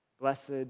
Blessed